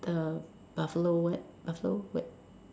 the buffalo wet buffalo wet